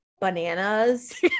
bananas